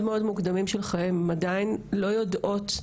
מאוד מוקדמים של חייהן והן עדיין לא יודעות,